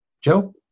Joe